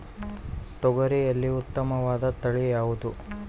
ತೊಗರಿಯಲ್ಲಿ ಉತ್ತಮವಾದ ತಳಿ ಯಾವುದು?